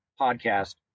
podcast